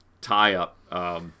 tie-up